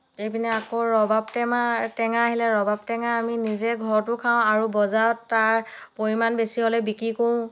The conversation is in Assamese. এইপিনে আকৌ ৰবাব টেঙা টেঙা আহিলে ৰবাব টেঙা আমি নিজে ঘৰতো খাওঁ আৰু বজাৰত তাৰ পৰিমাণ বেছি হ'লে বিক্ৰী কৰোঁ